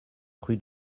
rue